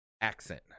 accent